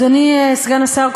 אדוני סגן השר,